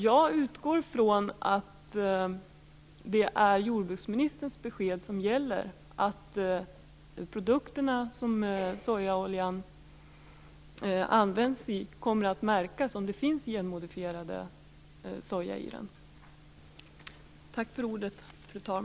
Jag utgår från att det är jordbruksministerns besked som gäller: att de produkter som sojaolja används i kommer att märkas om det finns genmodifierad soja i dem.